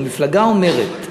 או מפלגה אומרת,